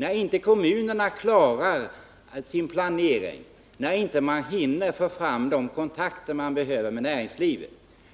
När inte kommunerna klarar sin planering, när man inte hinner få fram de kontakter man behöver med näringslivet,